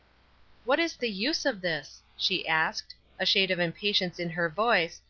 what is the use of this? she asked a shade of impatience in her voice,